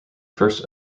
first